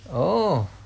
oh